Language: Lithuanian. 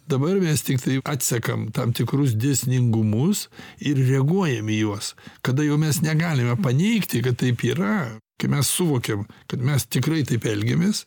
dabar mes tiktai atsekam tam tikrus dėsningumus ir reaguojam į juos kada jau mes negalime paneigti kad taip yra kai mes suvokiam kad mes tikrai taip elgiamės